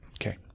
Okay